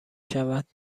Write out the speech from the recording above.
شود